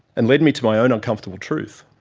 and led me to my own uncomfortable truth.